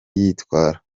yitwara